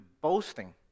boasting